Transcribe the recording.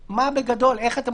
ודאי.